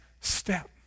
step